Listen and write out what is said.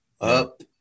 up